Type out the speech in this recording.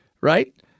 right